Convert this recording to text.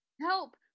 Help